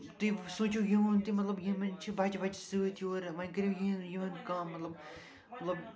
تُہۍ سوٗنچِو یِہُنٛد تہِ مطلب یمَن چھِ بَچہٕ وَچہٕ سۭتۍ یورٕ وۄنۍ کٔرِو یِہِنٛد یِہُنٛد کم مطلب